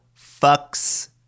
fucks